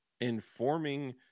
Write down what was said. informing